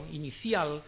inicial